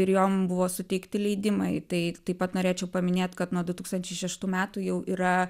ir jom buvo suteikti leidimai tai taip pat norėčiau paminėt kad nuo du tūkstančiai šeštų metų jau yra